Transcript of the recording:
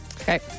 Okay